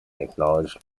acknowledged